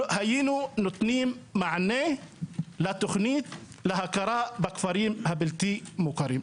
היינו נותנים מענה לתוכנית בהכרה בכפרים הבלתי מוכרים.